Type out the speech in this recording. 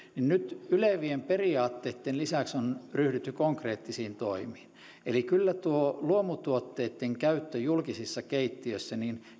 nyt ylevien periaatteitten lisäksi on ryhdytty konkreettisiin toimiin eli kyllä luomutuotteitten käytössä julkisissa keittiöissä